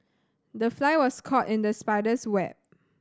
the fly was caught in the spider's web